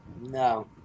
No